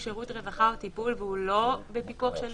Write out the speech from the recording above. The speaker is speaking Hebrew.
שירות רווחה או טיפול והוא לא בפיקוח של